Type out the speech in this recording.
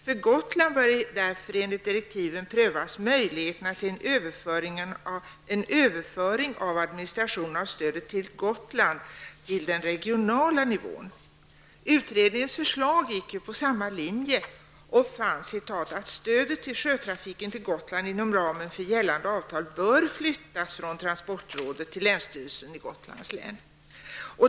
För Gotland bör därför enligt direktiven prövas ''möjligheterna till en överföring av administrationen av stödet till Gotland till den regionala nivån.'' Utredningens förslag gick på samma linje, och man fann att ''stödet till sjötrafiken till Gotland inom ramen för gällande avtal bör flyttas från transportrådet till länsstyrelsen i Gotlands län.